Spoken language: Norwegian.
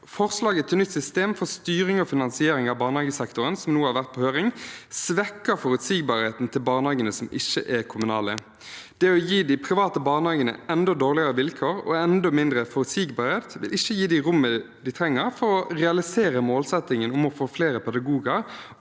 Forslaget til nytt system for styring og finansiering av barnehagesektoren som nå har vært på høring, svekker forutsigbarheten til barnehagene som ikke er kommunale. Det å gi de private barnehagene enda dårligere vilkår og enda mindre forutsigbarhet vil ikke gi dem rommet de trenger for å realisere målsettingen om å få flere pedagoger